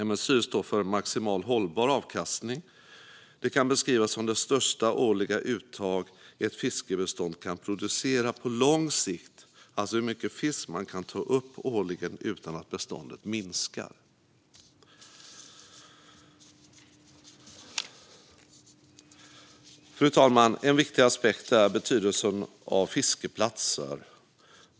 MSY står för maximal hållbar avkastning, och det kan beskrivas som det största årliga uttag ett fiskbestånd kan producera på lång sikt - alltså hur mycket fisk man kan ta upp årligen utan att beståndet minskar. Fru talman! En viktig aspekt är betydelsen av fiskeplatser.